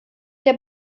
der